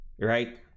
right